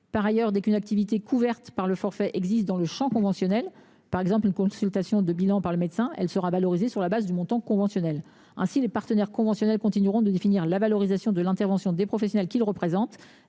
Par ailleurs, dès qu’une activité couverte par le forfait existe dans le champ conventionnel, par exemple une consultation de bilan par le médecin, elle sera valorisée sur la base du montant conventionnel. Ainsi, les partenaires conventionnels continueront de définir la valorisation de l’intervention des professionnels qu’ils représentent,